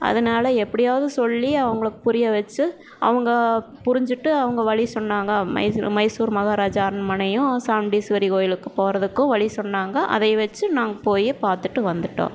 அதனால் எப்படியாவது சொல்லி அவங்களுக்கு புரிய வச்சு அவங்க புரிஞ்சிட்டு அவங்க வழி சொன்னாங்க மைசூர் மைசூர் மஹாராஜா அரண்மனையும் சாமுண்டீஸ்வரி கோயிலுக்கு போகறதுக்கும் வழி சொன்னாங்க அதை வச்சு நாங்கள் போய் பார்த்துட்டு வந்துவிட்டோம்